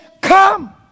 Come